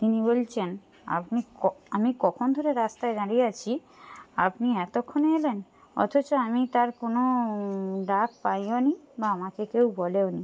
তিনি বলছেন আপনি আমি কখন ধরে রাস্তায় দাঁড়িয়ে আছি আপনি এতক্ষণে এলেন অথচ আমি তার কোনো ডাক পাইওনি বা আমাকে কেউ বলেওনি